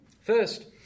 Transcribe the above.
First